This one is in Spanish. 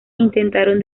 intentaron